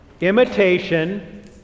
Imitation